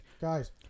guys